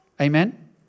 Amen